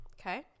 okay